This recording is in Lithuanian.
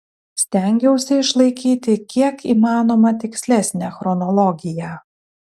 stengiausi išlaikyti kiek įmanoma tikslesnę chronologiją